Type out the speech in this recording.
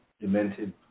demented